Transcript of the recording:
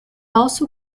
also